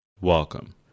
Welcome